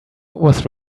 was